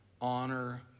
honor